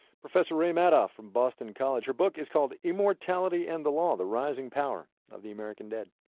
professor ray madoff from boston college. her book is called immortality and the law the rising power of the american dead.